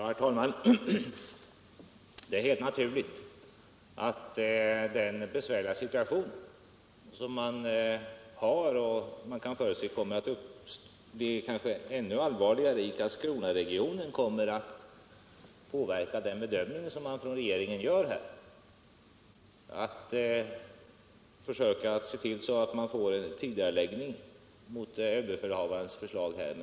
Herr talman! Det är helt naturligt att den besvärliga situation man nu har — och som kan förutses bli ännu allvarligare — i Karlskronaregionen kommer att påverka den bedömning regeringen gör. Man får försöka uppnå en tidigareläggning i förhållande till överbefälhavarens förslag.